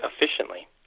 efficiently